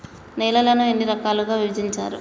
నేలలను ఎన్ని రకాలుగా విభజించారు?